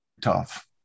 tough